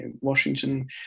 Washington